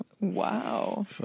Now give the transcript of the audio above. Wow